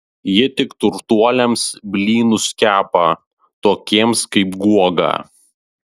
ji tik turtuoliams blynus kepa tokiems kaip guoga